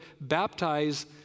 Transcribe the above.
baptize